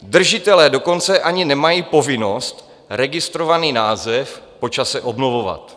Držitelé dokonce ani nemají povinnost registrovaný název po čase obnovovat.